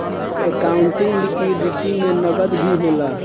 accounting liquidity में नकद भी होला